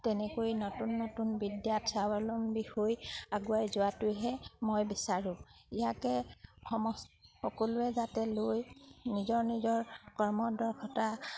তেনেকৈ নতুন নতুন বিদ্যাত স্বাৱলম্বী হৈ আগুৱাই যোৱাটোহে মই বিচাৰোঁ ইয়াকে সম সকলোৱে যাতে লৈ নিজৰ নিজৰ কৰ্মদৰ্শতা